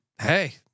Hey